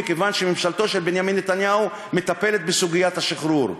מכיוון שממשלתו של בנימין נתניהו מטפלת בסוגיית השחרור.